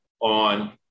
on